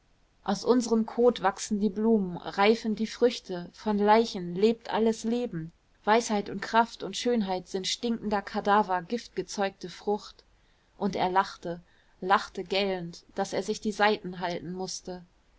aus unserem kot wachsen die blumen reifen die früchte von leichen lebt alles leben weisheit und kraft und schönheit sind stinkender kadaver giftgezeugte frucht und er lachte lachte gellend daß er sich die seiten halten mußte